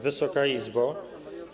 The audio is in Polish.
Wysoka Izbo!